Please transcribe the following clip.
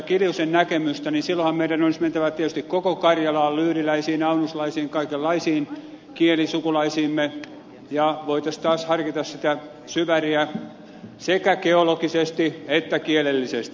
kiljusen näkemystä niin silloinhan meidän olisi tietysti mentävä koko karjalaan lyydiläisiin aunuslaisiin kaikenlaisiin kielisukulaisiimme ja voitaisiin taas harkita sitä syväriä sekä geologisesti että kielellisesti